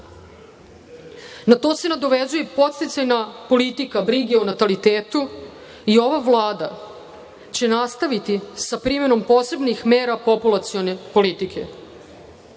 to se nadovezuje i podsticajna politika brige o natalitetu i ova Vlada će nastaviti sa primenom posebnih populacione politike.